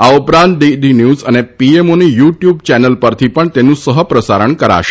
આ ઉપરાંત DD news અને પીએમઓની યુ ટયુબ ચેનલ પરથી પણ તેનું સહપ્રસારણ પણ કરાશે